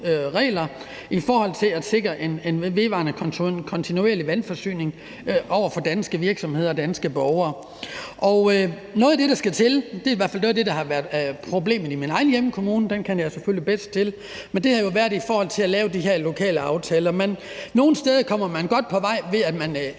for at sikre en vedvarende kontinuerlig vandforsyning til danske virksomheder og danske borgere. Noget af det, der i hvert fald har været problemet i min egen hjemkommune – den kender jeg selvfølgelig bedst til – har været at lave de her lokale aftaler. Nogle steder kommer man godt på vej, ved at man køber